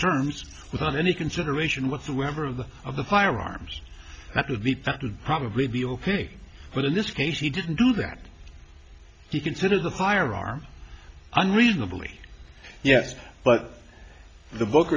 erms without any consideration whatsoever of the of the firearms that would be probably be ok but in this case he didn't do that he considered the firearm i'm reasonably yes but the